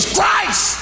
Christ